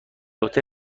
عهده